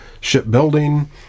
shipbuilding